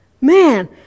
Man